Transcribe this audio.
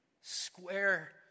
square